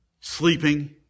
Sleeping